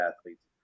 athletes